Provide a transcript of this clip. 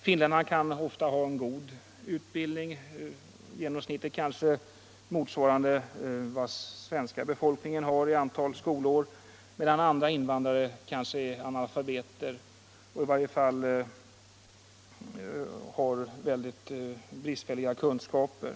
Finnarna kan ofta ha en god utbildning, genomsnittligt i antal skolår räknat kanske motsvarande den svenska befolkningens, medan andra invandrare kan vara analfabeter eller i varje fall ha mycket bristfälliga kunskaper.